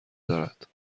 دارد